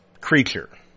creature